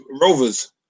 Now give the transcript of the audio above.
Rovers